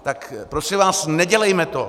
Tak prosím vás, nedělejme to.